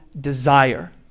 desire